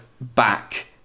back